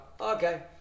okay